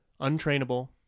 Untrainable